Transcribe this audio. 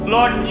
Lord